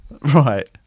Right